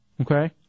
Okay